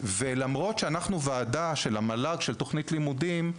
למרות שאנחנו ועדה של המל"ג לתכנית לימודים,